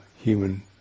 human